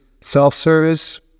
self-service